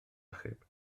achub